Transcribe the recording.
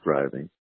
driving